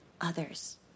others